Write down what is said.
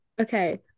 Okay